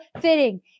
fitting